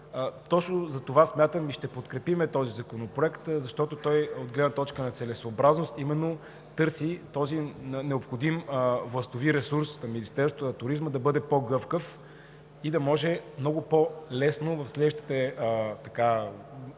Точно затова смятам и ще подкрепим Законопроекта, защото той от гледна точка на целесъобразност търси този необходим властови ресурс към Министерството на туризма – да бъде по-гъвкаво и да може много по-лесно в следващите месеци,